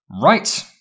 Right